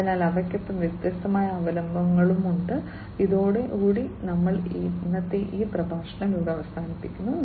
അതിനാൽ ഇവയ്ക്കൊപ്പം വ്യത്യസ്തമായ അവലംബങ്ങൾ ഉണ്ട് ഇതോടെ ഞങ്ങൾ അവസാനിക്കുന്നു